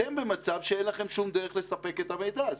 אתם במצב שאין לכם שום דרך לספק את המידע הזה.